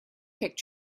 picture